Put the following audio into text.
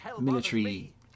military